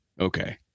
Okay